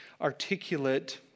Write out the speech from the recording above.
articulate